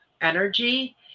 energy